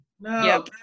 No